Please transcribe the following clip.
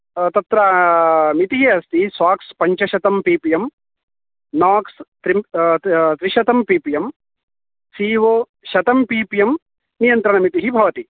तत्र मितिः अस्ति साक्स् पन्चशतं पि पि एम् नाक्स् त्रिं त्रिशतं P P M C E O शतं पि पि एम् नियन्त्रणमितिः भवति